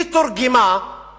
היא תורגמה לכך